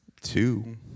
two